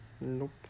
nope